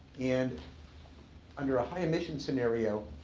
and under a high emission scenario,